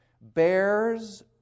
bears